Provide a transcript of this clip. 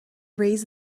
raise